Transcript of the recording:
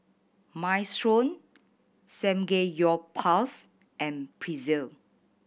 Minestrone Samgeyopsal and Pretzel